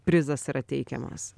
prizas yra teikiamas